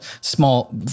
small